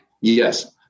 Yes